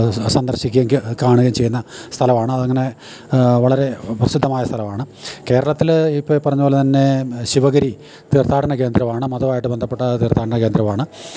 സന്ദർശിക്കയും കാണുകയും ചെയ്യുന്ന സ്ഥലമാണ് അതങ്ങനെ വളരെ പ്രസിദ്ധമായ സ്ഥലമാണ് കേരളത്തില് ഇപ്പോള് ഈ പറഞ്ഞപോലെ തന്നെ ശിവഗിരി തീർഥാടന കേന്ദ്രമാണ് മതവുമായിട്ടു ബന്ധപ്പെട്ട തീർഥാടന കേന്ദ്രമാണ്